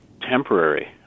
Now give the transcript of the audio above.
temporary